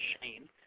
Shane